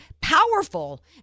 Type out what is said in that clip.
powerful